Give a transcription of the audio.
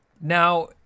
now